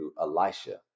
Elisha